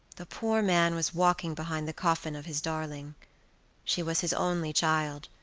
the poor man was walking behind the coffin of his darling she was his only child,